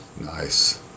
nice